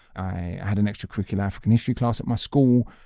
i had an extracurricular african history class at my school.